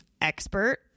expert